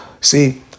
See